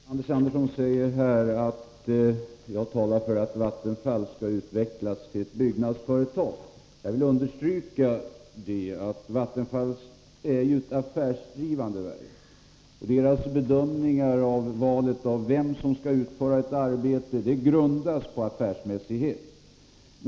Herr talman! Anders Andersson sade att jag talar för att Vattenfall skall utvecklas till ett byggnadsföretag. Jag vill understryka att Vattenfall är ett affärsdrivande verk, och Vattenfalls bedömningar av vem som skall få utföra ett arbete grundas på affärsmässighet.